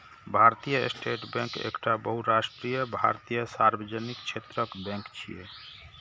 भारतीय state bank एकटा बहुराष्ट्रीय भारतीय सार्वजनिक क्षेत्रक बैंक छियै